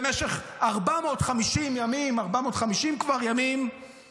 במשך 450 ימים, כבר 450 ימים, הם שם.